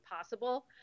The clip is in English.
possible